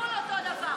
זה בול אותו דבר.